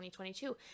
2022